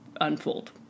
unfold